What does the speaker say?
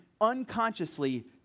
unconsciously